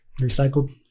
Recycled